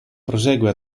prosegue